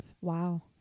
Wow